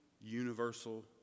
universal